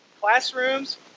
classrooms